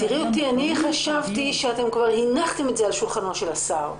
אני חשבתי שכבר הנחתם את זה על שולחנו של השר.